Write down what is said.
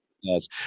Yes